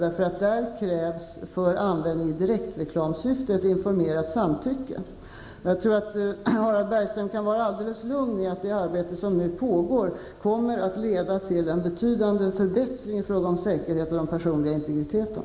Där krävs för användning i direktreklamsyfte ett informerat samtycke. Harald Bergström kan vara alldeles lugn. Det arbete som nu pågår kommer att leda till en betydande förbättring av säkerheten och den personliga integriteten.